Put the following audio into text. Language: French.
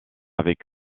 avec